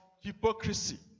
hypocrisy